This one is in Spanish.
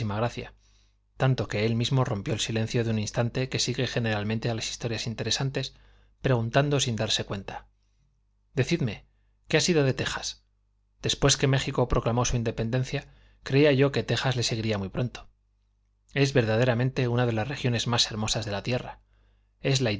tanto que él mismo rompió el silencio de un instante que sigue generalmente a las historias interesantes preguntando sin darse cuenta decidme qué ha sido de tejas después que méjico proclamó su independencia creía yo que tejas le seguiría muy pronto es verdaderamente una de las regiones más hermosas de la tierra es la